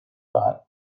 thought